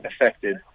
affected